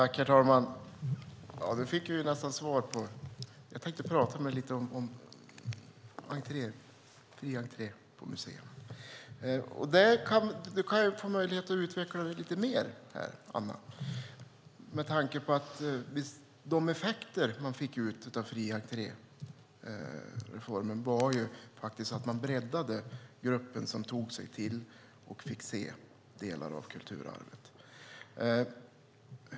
Herr talman! Nu fick jag nästan svar på en fråga. Jag tänkte prata lite om fri entré på museer. Du kan få möjlighet att utveckla det lite mer, Anna. De effekter som man fick ut av reformen med fri entré var att man breddade gruppen som tog sig till och fick se delar av kulturarvet.